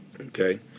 Okay